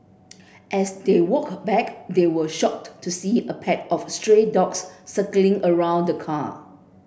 as they walk back they were shocked to see a pack of stray dogs circling around car